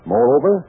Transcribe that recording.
Moreover